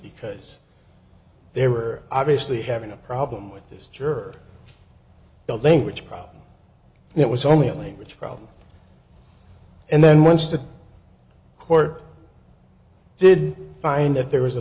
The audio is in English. because they were obviously having a problem with this jerk the language problem it was only a language problem and then once the court did find that there was a